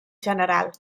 general